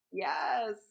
Yes